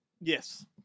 Yes